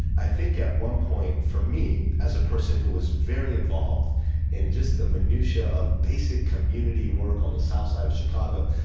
i think at one point, for me, as a person who was very involved in just the minutia of basic community work on the south side of chicago,